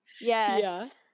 yes